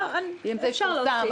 אפשר להוסיף.